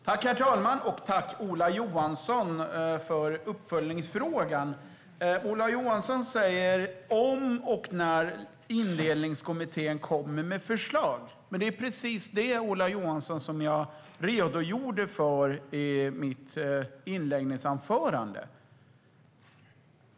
Herr talman! Jag tackar Ola Johansson för uppföljningsfrågorna. Ola Johansson säger "om och när" Indelningskommittén kommer med förslag. Det var dock precis det jag redogjorde för i mitt inledningsanförande, Ola Johansson.